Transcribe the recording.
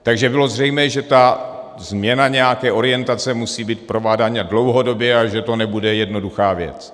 Takže bylo zřejmé, že ta změna té orientace musí být prováděna dlouhodobě a že to nebude jednoduchá věc.